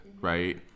Right